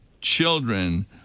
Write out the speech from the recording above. children